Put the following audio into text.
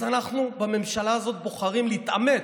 אז אנחנו בממשלה הזאת בוחרים להתעמת,